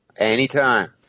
Anytime